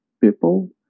people